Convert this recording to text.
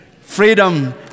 Freedom